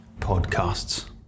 podcasts